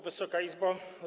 Wysoka Izbo!